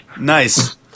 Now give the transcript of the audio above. Nice